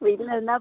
வீட்ல இருந்தால்